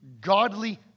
godly